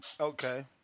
okay